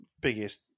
biggest